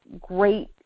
great